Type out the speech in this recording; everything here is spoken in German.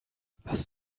was